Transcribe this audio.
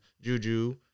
Juju